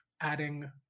adding